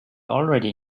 already